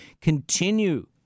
continue